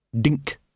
Dink